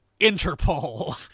Interpol